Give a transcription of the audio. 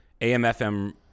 AM/FM